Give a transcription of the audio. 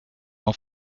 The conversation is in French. n’en